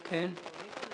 בסדר.